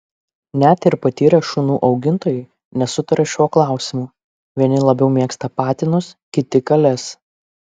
net ir patyrę šunų augintojai nesutaria šiuo klausimu vieni labiau mėgsta patinus kiti kales